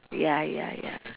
ya ya ya